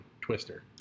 Twister